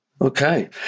Okay